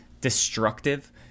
destructive